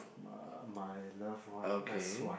my loved one that's why